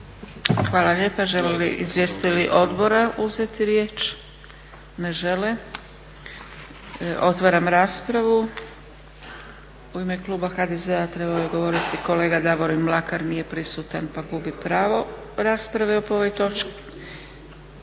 Hvala lijepa. Žele li izvjestitelji odbora uzeti riječ? Ne žele. Otvaram raspravu. U ime kluba HDZ-a trebao je govoriti kolega Davorin Mlakar, nije prisutan pa gubi pravo rasprave po ovoj točki.